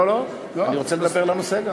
לא לא לא, אני רוצה לדבר גם לנושא.